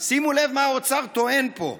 שימו לב מה האוצר טוען פה,